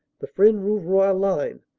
the fresnes-rouv roy line,